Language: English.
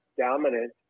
dominant